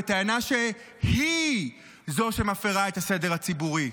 בטענה שהיא זו שמפירה את הסדר הציבורי.